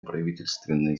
правительственные